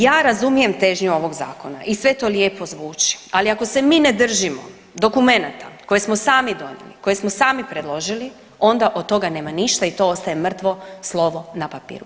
Ja razumijem težnju ovog zakona i sve to lijepo zvuči, ali ako se mi ne držimo dokumenata koje smo sami donijeli, koje samo sami predložili onda od toga nema ništa i to ostaje mrtvo slovo na papiru.